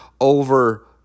over